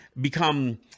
become